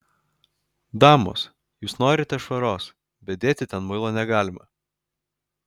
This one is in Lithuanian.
damos jūs norite švaros bet dėti ten muilo negalima